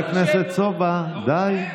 חבר הכנסת סובה, די.